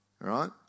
right